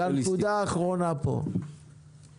בואו נציל ילד או שניים עם הסברה.